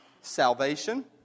salvation